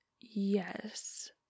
Yes